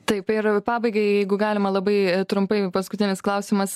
taip ir pabaigai jeigu galima labai trumpai paskutinis klausimas